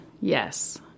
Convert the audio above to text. Yes